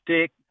stick